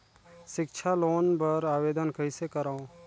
सिक्छा लोन बर आवेदन कइसे करव?